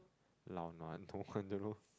lao-nua don't want to know